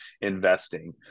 investing